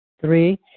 Three